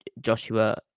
Joshua